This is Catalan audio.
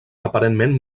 aparentment